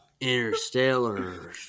Interstellar